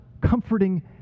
comforting